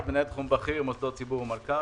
בכיר, מוסדות ציבור ומלכ"רים.